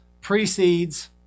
precedes